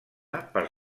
per